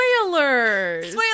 spoilers